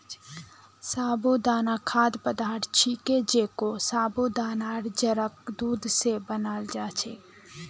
साबूदाना खाद्य पदार्थ छिके जेको साबूदानार जड़क दूध स बनाल जा छेक